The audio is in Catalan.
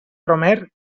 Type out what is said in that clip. romer